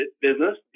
Business